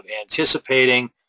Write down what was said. anticipating